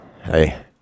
hey